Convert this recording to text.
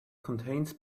contains